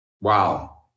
Wow